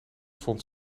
vond